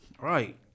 Right